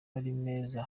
meza